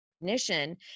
recognition